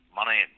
money